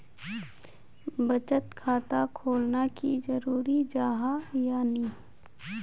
बचत खाता खोलना की जरूरी जाहा या नी?